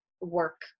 work